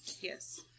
Yes